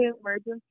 emergency